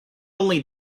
only